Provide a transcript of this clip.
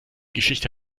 geschichte